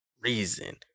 reason